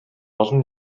олон